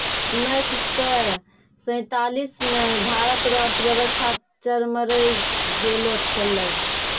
उनैस से सैंतालीस मे भारत रो अर्थव्यवस्था चरमरै गेलो छेलै